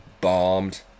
bombed